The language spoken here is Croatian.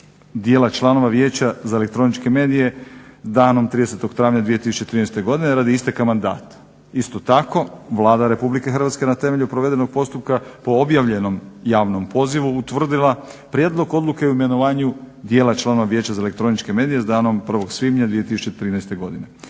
dijela članova vijeća za elektroničke medije danom 30.travnja 2013.godine radi isteka mandata. Isto tako Vlada Rh na temelju provedenog postupka po objavljenom javnom pozivu utvrdila prijedlog odluke o imenovanju dijela članova vijeća za elektroničke medije s danom 1.svibnja 2013.godine.